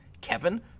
Kevin